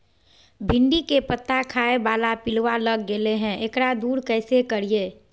भिंडी के पत्ता खाए बाला पिलुवा लग गेलै हैं, एकरा दूर कैसे करियय?